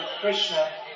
Krishna